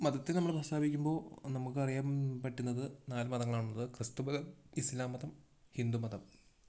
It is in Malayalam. മതത്തിൽ നമ്മള് പ്രസ്ഥാപിക്കുമ്പോൾ നമുക്ക് അറിയാൻ പറ്റുന്നത് നാല് മതങ്ങളാണുള്ളത് ക്രിസ്തുമതം ഇസ്ലാമ്മതം ഹിന്ദുമതം